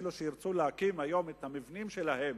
אפילו שירצו להקים היום את המבנים שלהם,